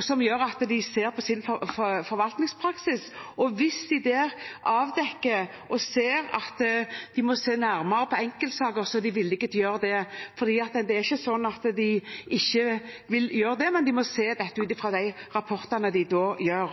som gjør at de ser på sin forvaltningspraksis. Hvis de der avdekker noe og ser at de må se nærmere på enkeltsaker, er de villige til å gjøre det. Det er ikke slik at de ikke vil gjøre det, men de må se dette ut ifra de rapportene de da